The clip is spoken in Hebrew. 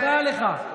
תודה לך.